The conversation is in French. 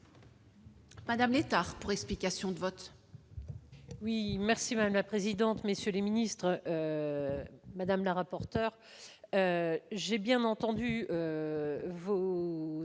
madame Létard, pour explication de vote.